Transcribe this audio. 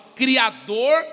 criador